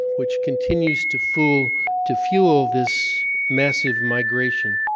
which continues to fuel to fuel this massive migration.